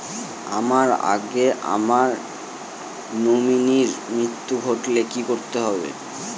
আমার আগে আমার নমিনীর মৃত্যু ঘটলে কি করতে হবে?